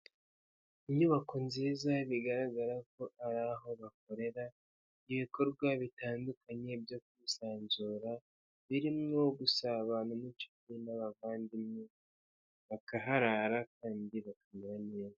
Inyubako nziza bigaragara ko ari aho bakorera, ibikorwa bitandukanye byo kwisanzura birimo gusabana n'inshuti n'abavandimwe, bakaharara kandi bakamera neza.